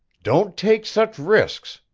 don't take such risks,